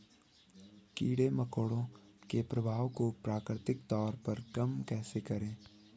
कीड़े मकोड़ों के प्रभाव को प्राकृतिक तौर पर कम कैसे करें?